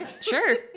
Sure